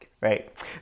right